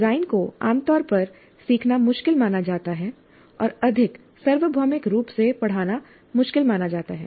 design को आमतौर पर सीखना मुश्किल माना जाता है और अधिक सार्वभौमिक रूप से पढ़ाना मुश्किल माना जाता है